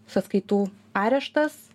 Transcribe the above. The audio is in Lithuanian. sąskaitų areštas